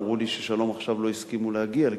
אמרו לי ש"שלום עכשיו" לא הסכימו להגיע לקריית-ארבע.